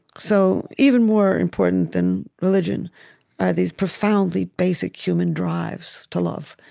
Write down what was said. so even more important than religion are these profoundly basic human drives to love.